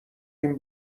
این